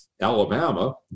Alabama